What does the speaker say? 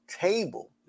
table